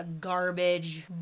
garbage